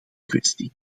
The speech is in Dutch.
kwestie